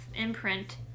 imprint